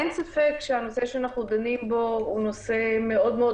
אין ספק שהנושא שאנחנו דנים בו הוא נושא מאוד מאוד